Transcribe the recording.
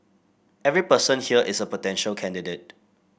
every person here is a potential candidate